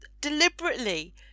deliberately